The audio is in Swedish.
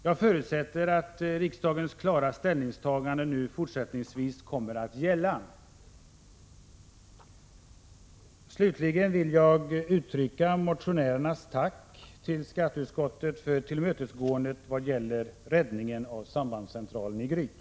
Jag förutsätter att riksdagens klara ställningstagande nu kommer att gälla fortsättningsvis. Slutligen vill jag uttrycka motionärernas tack till skatteutskottet för tillmötesgåendet vad gäller räddningen av sambandscentralen i Gryt.